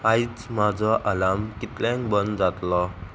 आयज म्हाजो आलार्म कितल्यांक बंद जातलो